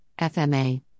FMA